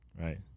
right